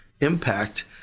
impact